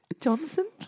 Johnson